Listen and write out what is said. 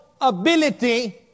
ability